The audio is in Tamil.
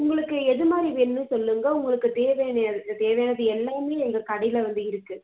உங்களுக்கு எது மாதிரி வேணுன்னு சொல்லுங்கள் உங்களுக்குத் தேவையானல் தேவையானது எல்லாமே எங்கள் கடையில் வந்து இருக்குது